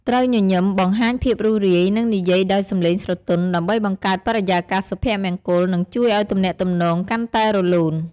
ត្រូវញញឹម បង្ហាញភាពរួសរាយ និងនិយាយដោយសំឡេងស្រទន់ ដើម្បីបង្កើតបរិយាកាសសុភមង្គល និងជួយឲ្យទំនាក់ទំនងកាន់តែរលូន។